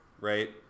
right